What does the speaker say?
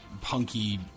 punky